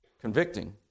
convicting